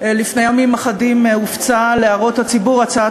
לפני ימים אחדים הופצה להערות הציבור הצעת